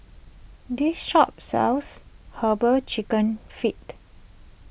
this shop sells Herbal Chicken Feet